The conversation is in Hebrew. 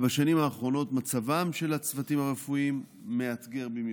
בשנים האחרונות מצבם של הצוותים הרפואיים מאתגר במיוחד: